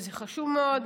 וזה חשוב מאוד.